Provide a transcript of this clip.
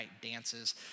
dances